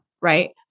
Right